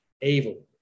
evil